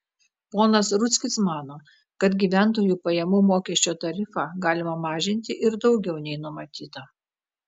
ponas rudzkis mano kad gyventojų pajamų mokesčio tarifą galima mažinti ir daugiau nei numatyta